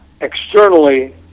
externally